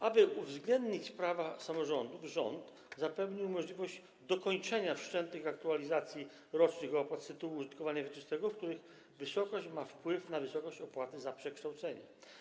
Aby uwzględnić prawa samorządów, rząd zapewnił możliwość dokończenia wszczętych aktualizacji rocznych opłat z tytułu użytkowania wieczystego, w których wysokość ma wpływ na wysokość opłaty za przekształcenie.